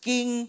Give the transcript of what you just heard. King